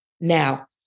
Now